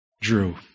drew